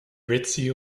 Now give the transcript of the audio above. ritzy